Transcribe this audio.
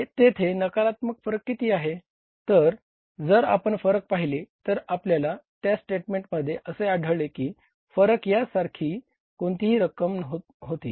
तर जर आपण फरक पाहिले तर आपल्याला त्या स्टेटमेंटमध्ये असे आढळेल की फरक या सारखी कोणती तरी रक्कम होती